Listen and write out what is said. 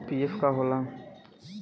PF का होला?